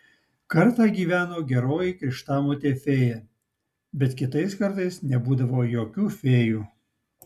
kartą gyveno geroji krikštamotė fėja bet kitais kartais nebūdavo jokių fėjų